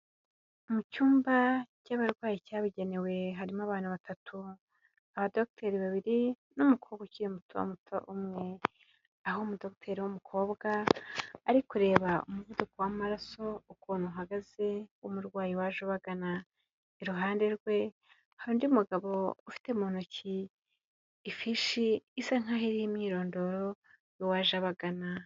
Mu cyumba cy'abarwayi cyabigenewe harimo abantu batatu abadoteri babiri n'umukobwa ukiri muto muto umwe aho umdotegiteri w'umukobwa ari kureba umuvuduko w'amaraso ukuntu uhagaze w'umurwayi baje bagana iruhande rwe hari undi mugabo ufite mu ntoki ifishi isa nk'aho iriho imyirondoro y'uwaje abagana.